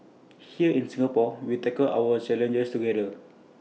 here in Singapore we tackle our challenges together